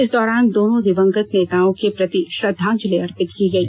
इस दौरान दोनों दिवंगत नेताओं के प्रति श्रद्वांजलि अर्पित की गई